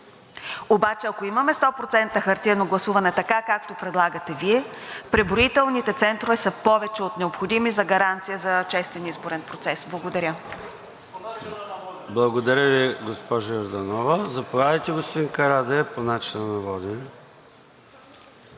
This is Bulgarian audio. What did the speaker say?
Обаче ако имаме 100% хартиено гласуване, така, както предлагате Вие, преброителните центрове са повече от необходими за гаранция за честен изборен процес. Благодаря. ПРЕДСЕДАТЕЛ ЙОРДАН ЦОНЕВ: Благодаря Ви, госпожо Йорданова. Заповядайте, господин Карадайъ, по начина на водене.